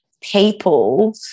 people